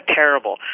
terrible